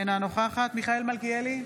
אינה נוכחת מיכאל מלכיאלי,